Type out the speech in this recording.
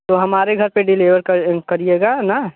तो हमारे घर पे डिलिवर कर करिएगा ना